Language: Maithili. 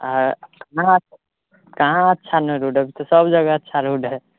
कहाँ अच्छा नहि रोड हइ अभी तऽ सब जगह अच्छा रोड हइ